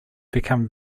become